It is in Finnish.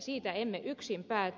siitä emme yksin päätä